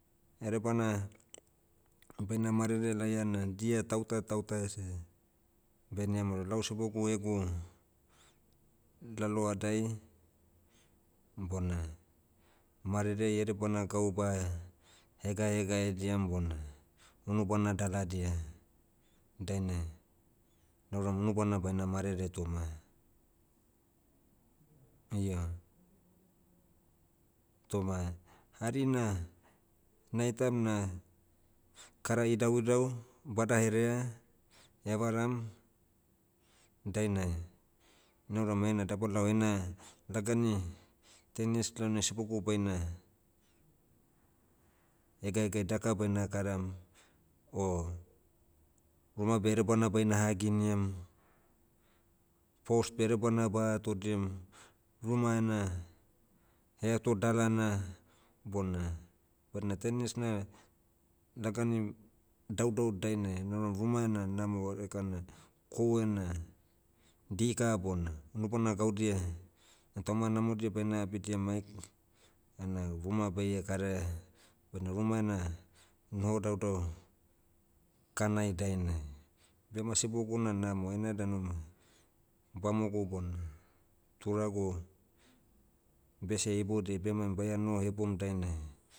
Edebana, baina marere laia na dia tauta tauta ese, baine hamaoroa lau sibogu egu, lalohadai, bona, marere edebana gau ba, hegaegaediam bona, unubana daladia, dainai, nauram nubana baina marere toma. Io. Toma, hari na, naitaiam na, kara idauidau badaherea evaram, dainai, nauram heina dabalao heina, lagani, ten years laonai sibogu baina, hegaegae daka baina karam, o, ruma beh edebana baina haginiam, post bedebana ba atodiam. Ruma ena, heato dalana, bona, badina ten years na, lagani, daudau dainai naura ruma ena namo ekana, kohu ena, dika bona, unubana gaudia, tauma namodia baina abidia maik, ena ruma baie karea, badna ruma ena, noho daudau, kanai dainai. Bema sibogu na namo ena danu ma, bamogu bona, turagu, bese ibodiai bemaim baia noho hebom dainai,